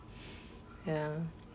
ya